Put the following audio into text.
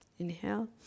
inhale